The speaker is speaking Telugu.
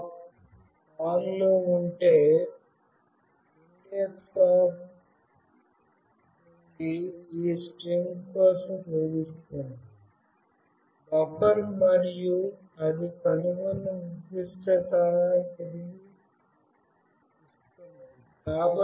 indexOf ఆన్లో ఉంటే indexOf ఈనుండి ఈ స్ట్రింగ్ కోసం శోధిస్తుంది బఫర్ మరియు అది కనుగొన్న నిర్దిష్ట స్థానాన్ని తిరిగి ఇస్తుంది